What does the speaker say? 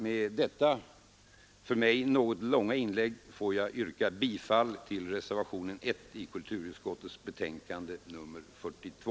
Med detta för mig något långa inlägg får jag yrka bifall till reservationen 1 vid kulturutskottets betänkande nr 42.